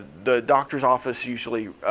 the doctor's office usually